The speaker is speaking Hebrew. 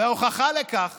וההוכחה לכך